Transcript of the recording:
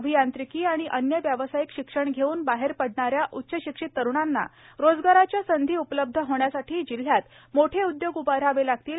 अंभियांत्रिकी आणि अन्य व्यावसायिक शिक्षण धेवून बाहेर पडणा या उच्चशिक्षित तरूणांना रोजगारांच्या संधी उपलब्ध होण्यासाठी जिल्ह्यात मोठे उद्योग उभारावे लागतील